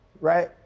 right